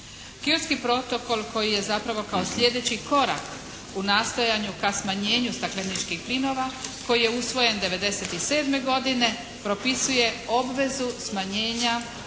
Kyotski protokol koji je zapravo kao sljedeći korak u nastojanju ka smanjenju stakleničkih plinova koji je usvojen 97. godine propisuje obvezu smanjenja emisija